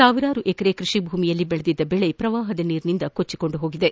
ಸಾವಿರಾರು ಎಕರೆ ಕೃಷಿ ಭೂಮಿಯಲ್ಲಿ ಬೆಳೆದಿದ್ದ ಬೆಳೆ ಪ್ರವಾಹ ನೀರಿನಿಂದ ಕೊಚ್ಚಿಕೊಂಡು ಹೋಗಿದೆ